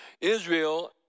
Israel